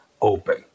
open